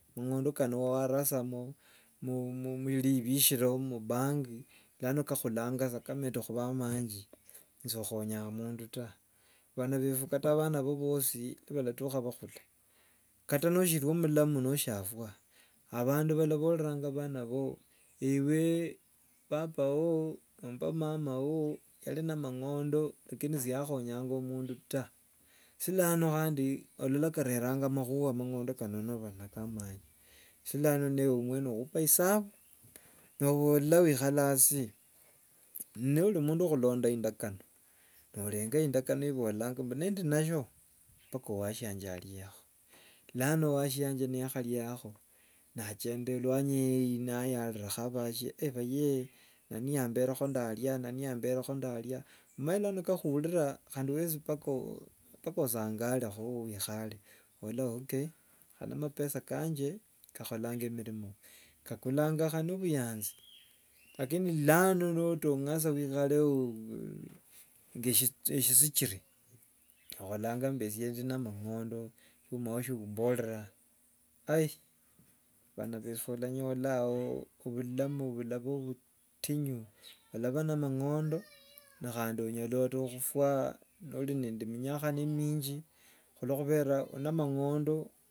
Amang'ondo kano warasha mu- muri- muribhishiro, mubangi, lano kakhulanga sa ni kameta okhuba manji nosokhonya mundu ta! Bhana befu kata bhana bhao nibanatukha bakhule, kata noshiri- o mulamu noshafwa, abandu balaboreranga bhana bhao, ewe papa woo nomba mama woo yari na amang'ondo lakini siyakhonyanga mundu ta! Syio lano obhona kareranga makhuwa noba nako amanji. Syio lano ewe mwene okhupe isabu nobola wikhala sa- asi nori mundu wo- khulonda indakano norenga indakano ibolanga mbu nendi nashyio mpaka owashenje ariekho. Lano washenje niwakharia- kho na- achenda erwanyi eyi naya- rirakho abhasie bhayee nani yamberekho ndaria, nani yamberekho ndaria. Omanye lano ni kakhuurira, khandi wesi mpaka osangale- kho oba yuwikhare. Obhola okay khane mapesa kanje kakholanga emirimo, kakulanga khane obuyanzi. Lakini lano notonga sa wikhare nge eshi- shichikhi obolanga mbwe ese ndio na amang'ondo shiumao shiumborera bhana befu olanyola ao bhulamu bwao bhuba bhutinyu. olabhana amang'ondo khandi onyola hufwa nende minyakhano minji khulokhubera ori nende amang'ondo.